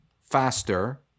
faster